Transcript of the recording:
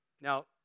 Now